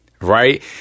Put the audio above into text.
right